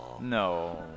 no